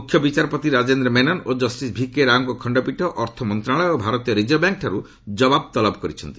ମୁଖ୍ୟବିଚାରପତି ରାଜେନ୍ଦ୍ର ମେନନ୍ ଓ justice V K ରାଓଙ୍କ ଖଶ୍ଚପୀଠ ଅର୍ଥମନ୍ତ୍ରଣାଳୟ ଓ ଭାରତୀୟ ରିଜର୍ଭ ବ୍ୟାଙ୍କଠାରୁ ଜବାବ ତଲବ କରିଛନ୍ତି